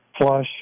flush